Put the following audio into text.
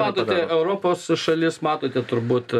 matote europos šalis matote turbūt